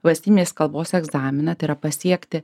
valstybinės kalbos egzaminą tai yra pasiekti